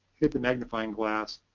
hit the magnifying glass,